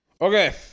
Okay